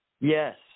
Yes